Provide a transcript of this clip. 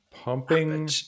Pumping